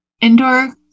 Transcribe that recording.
indoor